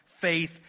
faith